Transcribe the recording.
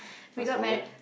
fast forward